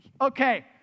Okay